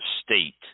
state